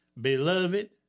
Beloved